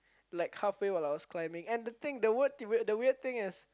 like halfway while I was climbing and the thing the word the weird thing is